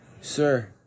sir